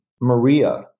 Maria